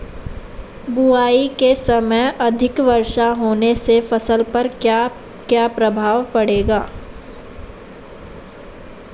बुआई के समय अधिक वर्षा होने से फसल पर क्या क्या प्रभाव पड़ेगा?